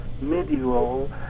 medieval